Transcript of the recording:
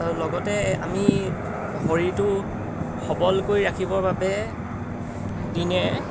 আৰু লগতে আমি শৰীৰটো সবল কৰি ৰাখিবৰ বাবে দিনে